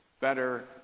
better